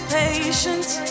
patience